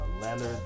Leonard